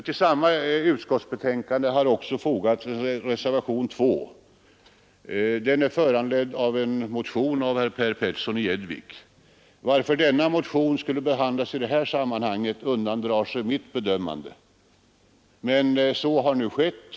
Till samma utskottsbetänkande har också fogats reservationen 2, föranledd av en motion av herr Petersson i Gäddvik. Varför denna motion skulle behandlas i det här sammanhanget kan inte jag bedöma, men så har skett.